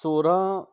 सोरहं